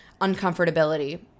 uncomfortability